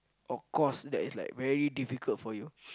of course that is like very difficult for you